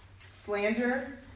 slander